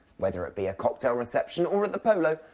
whether it be a cocktail reception or at the polo,